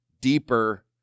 deeper